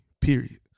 period